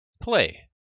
Play